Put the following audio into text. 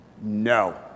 no